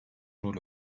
rol